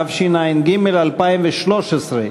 התשע"ג 2013,